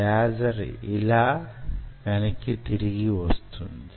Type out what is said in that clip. laser యిలా వెనక్కి వస్తుంది